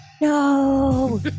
No